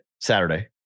Saturday